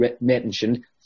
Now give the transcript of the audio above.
mentioned